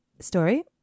story